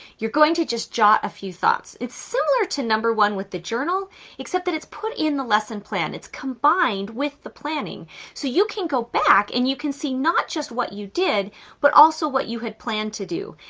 you're going to just jot a few thoughts. it's similar to number one with the journal except that it's put in the lesson plan. it's combined with the planning so you can go back and you can see not just what you did but also what you had planned to do.